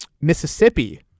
Mississippi